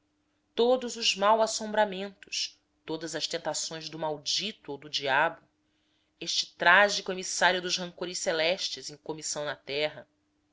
todos os mal assombramentos todas as tentações do maldito ou do diabo esse trágico emissário dos rancores celestes em comissão na terra